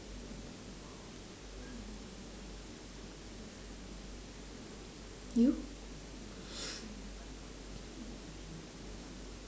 you